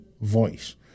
voice